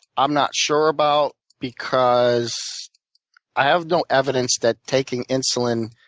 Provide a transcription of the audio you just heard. i'm not sure about. because i have no evidence that taking insulin